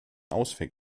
ausweg